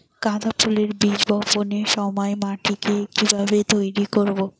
গাদা ফুলের বীজ বপনের সময় মাটিকে কিভাবে তৈরি করব?